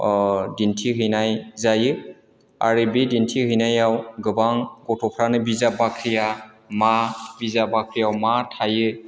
दिन्थि हैनाय जायो आरो बे दिन्थि हैनायाव गोबां गथ'फ्रानो बिजाब बाख्रिया मा बिजाब बाख्रियाव मा थायो